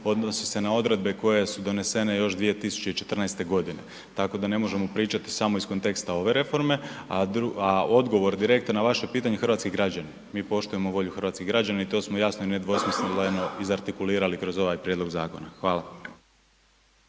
odnosi se na odredbe koje su donesene još 2014. g. tako da ne možemo pričati samo iz konteksta ove reforme a odgovor direktan na vaše pitanje, hrvatski građani, mi poštujemo volju hrvatskih građana i to smo jasno i nedvosmisleno izartikulirali kroz ovaj prijedlog zakona, hvala.